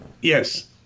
yes